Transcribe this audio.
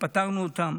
ופתרנו אותם.